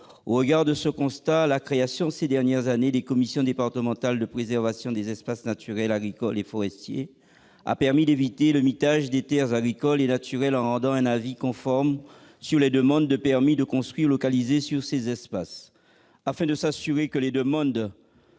Au regard de ce constat, la création ces dernières années des commissions départementales de préservation des espaces naturels, agricoles et forestiers, les CDPENAF, a permis d'éviter le mitage des terres agricoles et naturelles l'avis conforme rendu sur les demandes de permis de construire localisées sur ces espaces. Afin de s'assurer que les demandes